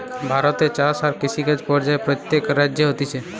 ভারতে চাষ আর কৃষিকাজ পর্যায়ে প্রত্যেক রাজ্যে হতিছে